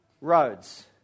roads